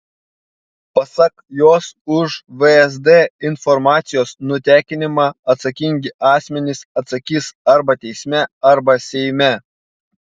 pasak jos už vsd informacijos nutekinimą atsakingi asmenys atsakys arba teisme arba seime